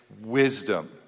wisdom